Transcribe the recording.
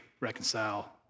reconcile